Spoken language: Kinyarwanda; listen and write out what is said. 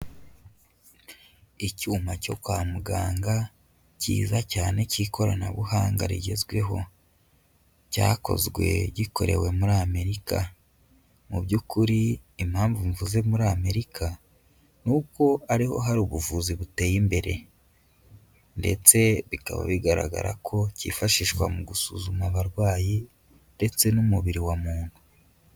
Icyuma cyo kwa muganga cyiza cyane cy'ikoranabuhanga rigezweho, cyakozwe gikorewe muri Amerika. Mu by'ukuri impamvu mvuze muri Amerika, ni uko ari ho hari ubuvuzi buteye imbere ndetse bikaba bigaragara ko kifashishwa mu gusuzuma abarwayi ndetse n'umubiri wa muntu.